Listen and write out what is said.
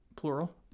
plural